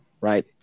right